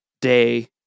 day